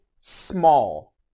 small